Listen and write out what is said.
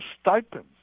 stipends